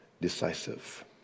decisive